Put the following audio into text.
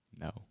No